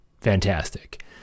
Fantastic